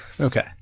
Okay